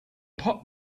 pot